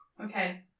okay